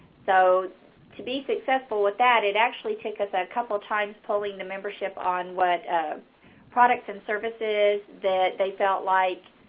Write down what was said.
so to be successful with that, it actually took us a couple times polling the membership on what products and services that they felt like